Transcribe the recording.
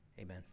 Amen